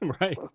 Right